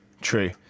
true